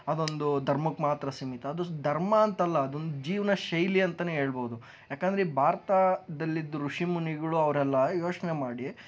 ಅದೊಂದು ಧರ್ಮಕ್ಕೆ ಮಾತ್ರ ಸೀಮಿತ ಅದು ಧರ್ಮ ಅಂತಲ್ಲ ಅದೊಂದು ಜೀವನ ಶೈಲಿ ಅಂತಲೇ ಹೇಳ್ಬೋದು ಏಕೆಂದ್ರೆ ಭಾರತದಲ್ಲಿದ್ದ ಋಷಿ ಮುನಿಗಳು ಅವರೆಲ್ಲ ಯೋಚನೆ ಮಾಡಿ